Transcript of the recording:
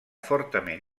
fortament